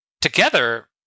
Together